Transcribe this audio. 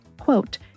quote